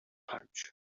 pouch